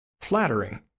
Flattering